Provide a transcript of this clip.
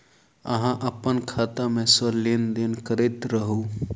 अहाँ अप्पन खाता मे सँ लेन देन करैत रहू?